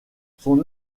son